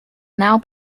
now